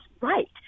right